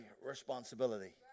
responsibility